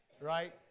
right